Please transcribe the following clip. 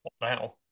Now